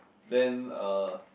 then uh